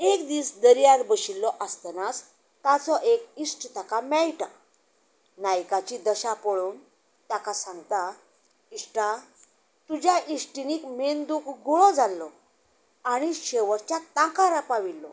एक दीस दर्यार बशिल्लो आसतनास ताचो एक इश्ट ताका मेळटा नायकाची दशा पळोवन ताका सांगता इश्टा तुज्या इश्टिणीक मेंदूक गुळो जाल्लो आनी शेंवटच्या तांकारा पाविल्लो